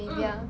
mm